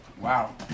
Wow